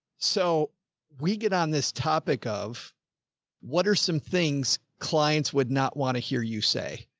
so we get on this topic of what are some things clients would not want to hear you say.